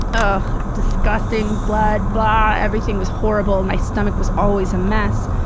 ah disgusting, blood, blah, everything was horrible, my stomach was always a mess.